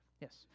yes